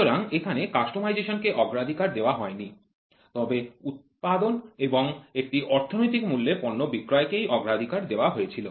সুতরাং এখানে কাস্টমাইজেশন কে অগ্রাধিকার দেওয়া হয়নি তবে উৎপাদন এবং একটি অর্থনৈতিক মূল্যে পণ্য বিক্রয় কেই অগ্রাধিকার দেওয়া হয়েছিল